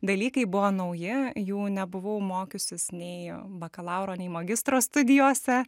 dalykai buvo nauji jų nebuvau mokiusis nei bakalauro nei magistro studijose